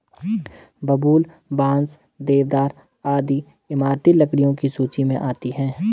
बबूल, बांस, देवदार आदि इमारती लकड़ियों की सूची मे आती है